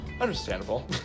Understandable